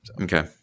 Okay